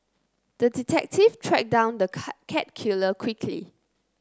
the detective tracked down the cat killer quickly